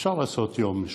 אפשר לעשות יום משותף,